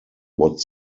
what